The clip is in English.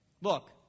Look